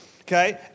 Okay